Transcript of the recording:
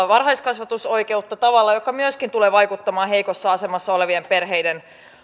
varhaiskasvatusoikeutta tavalla joka myöskin tulee vaikuttamaan heikossa asemassa olevien perheiden